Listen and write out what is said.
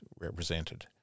Represented